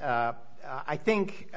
and i think